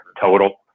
total